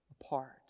apart